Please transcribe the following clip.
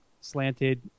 slanted